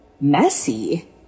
messy